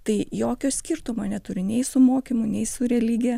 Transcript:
tai jokio skirtumo neturi nei su mokymu nei su religija